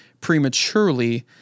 prematurely